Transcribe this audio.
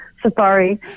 safari